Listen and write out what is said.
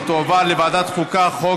ותועבר לוועדת חוקה, חוק